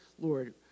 Lord